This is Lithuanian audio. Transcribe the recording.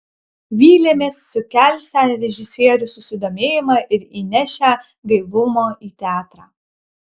vylėmės sukelsią režisierių susidomėjimą ir įnešią gaivumo į teatrą